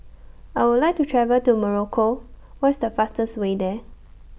I Would like to travel to Morocco What IS The fastest Way There